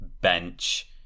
bench